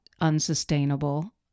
unsustainable